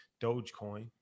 Dogecoin